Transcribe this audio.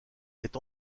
est